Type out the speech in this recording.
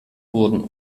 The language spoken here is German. wurden